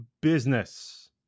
business